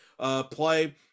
play